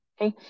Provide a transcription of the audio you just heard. Okay